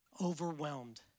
overwhelmed